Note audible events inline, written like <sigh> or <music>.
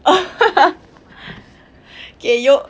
<laughs> okay you